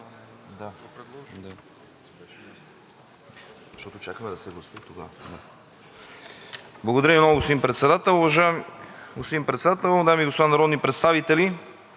Благодаря Ви много, господин Председател. Уважаеми господин Председател, дами и господа народни представители!